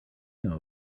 know